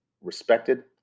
respected